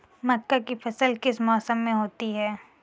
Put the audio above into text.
मक्का की फसल किस मौसम में होती है?